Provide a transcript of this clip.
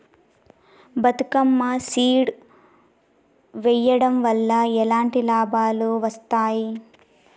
Bathukamma seed వెయ్యడం వల్ల ఎలాంటి లాభాలు వస్తాయి?